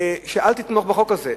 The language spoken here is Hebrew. אל תתמוך בחוק הזה,